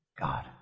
God